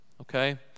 okay